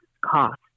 cost